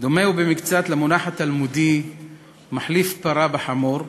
דומה במקצת למונח התלמודי "מחליף פרה בחמור",